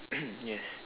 yes